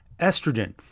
estrogen